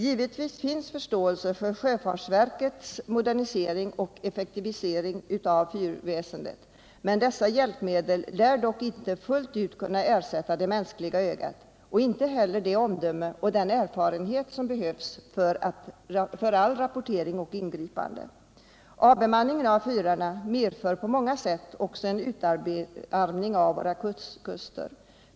Givetvis finns förståelse för sjöfartsverkets modernisering och effektivisering av fyrväsendet, men dessa hjälpmedel lär dock inte fullt ut kunna ersätta det mänskliga ögat och inte heller det omdöme och den erfarenhet som behövs för att rapportera och ingripa. Avbemanningen av fyrarna medför på många sätt också en utarmning av våra kuster.